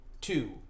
two